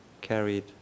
carried